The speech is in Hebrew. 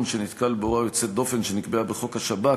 לאחר שנתקל בהוראה יוצאת דופן שנקבעה בחוק השב"כ